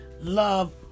love